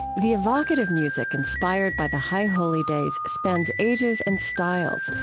the evocative music inspired by the high holy days spans ages and styles,